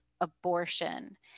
abortion